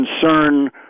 concern